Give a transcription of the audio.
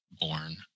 born